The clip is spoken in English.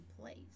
place